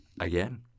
again